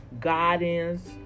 guidance